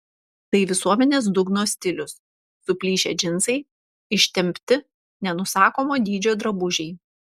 tai visuomenės dugno stilius suplyšę džinsai ištempti nenusakomo dydžio drabužiai